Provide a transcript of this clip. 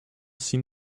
seen